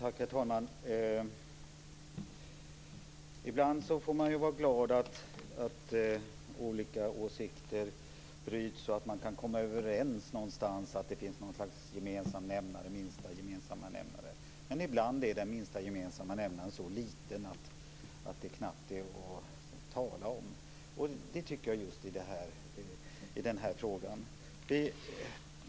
Herr talman! Ibland får man vara glad att olika åsikter bryts, att man kan komma överens någonstans och att det finns någon minsta gemensam nämnare, men ibland är den minsta gemensamma nämnaren så liten att den knappt är att tala om. Det tycker jag att den är i den här frågan.